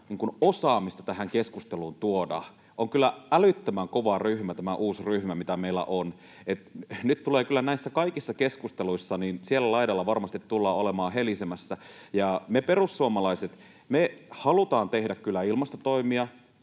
osaamista tähän keskusteluun tuodaan! On kyllä älyttömän kova ryhmä tämä uusi ryhmä, mikä meillä on. Nyt kyllä näissä kaikissa keskusteluissa tullaan varmasti sillä laidalla olemaan helisemässä. Me perussuomalaiset halutaan kyllä tehdä ilmastotoimia,